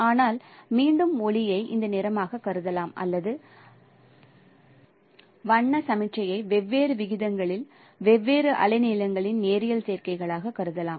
ஆனால் மீண்டும் ஒளியை இந்த நிறமாகக் கருதலாம் அல்லது வண்ண சமிக்ஞையை வெவ்வேறு விகிதங்களில் வெவ்வேறு அலைநீளங்களின் நேரியல் சேர்க்கைகளாகக் கருதலாம்